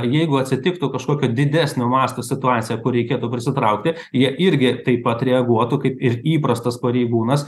jeigu atsitiktų kažkokio didesnio masto situacija kur reikėtų prisitraukti jie irgi taip pat reaguotų kaip ir įprastas pareigūnas